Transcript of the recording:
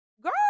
Girl